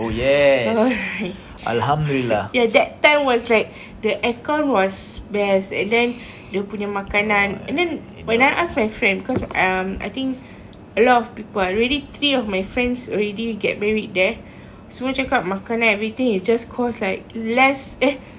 ya that time was like the aircon was best and then dia punya makanan and then when I ask my friend because um I think a lot of people already three of my friends already get married there semua cakap makan and everything is just cost like less eh